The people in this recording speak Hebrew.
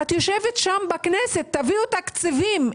את יושבת שם בכנסת תביאו תקציבים".